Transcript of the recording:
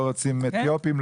לא רוצים אתיופים,